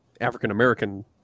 African-American